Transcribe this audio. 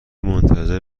منتظر